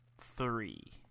three